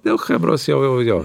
dėl chebros jau jau jo